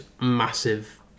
massive